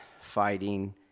fighting